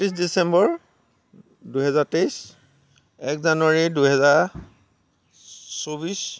একত্ৰিছ ডিচেম্বৰ দুহেজাৰ তেইছ এক জানুৱাৰী দুহেজাৰ চৌবিছ